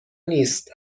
نیست